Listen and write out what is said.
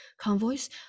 convoys